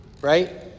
Right